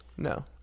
No